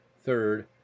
Third